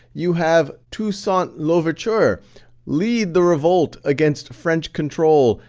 you have toussaint louveture lead the revolt against french control,